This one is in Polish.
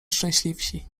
szczęśliwsi